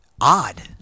odd